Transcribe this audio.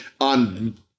on